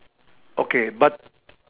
okay but